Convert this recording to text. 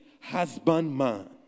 husbandman